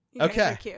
Okay